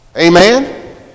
Amen